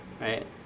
right